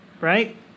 right